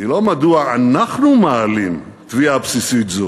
היא לא מדוע אנחנו מעלים תביעה בסיסית זאת,